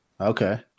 Okay